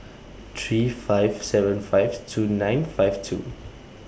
three five seven five two nine five two